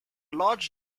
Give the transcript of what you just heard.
large